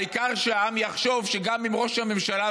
העיקר שהעם יחשוב שגם אם ראש הממשלה,